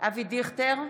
אבי דיכטר,